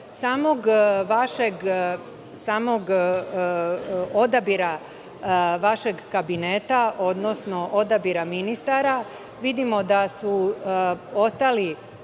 samog vašeg odabira vašeg kabineta, odnosno odabira ministara, vidimo da su ostali